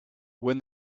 when